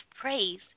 praise